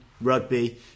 rugby